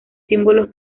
símbolos